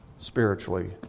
spiritually